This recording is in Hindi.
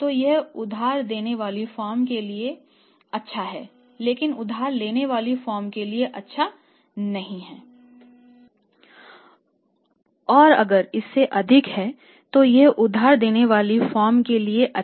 तो यह उधार देने वाली फर्म के लिए अच्छा है लेकिन उधार लेने वाली फर्म के लिए अच्छा नहीं है